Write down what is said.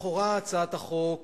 לכאורה הצעת החוק